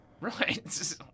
Right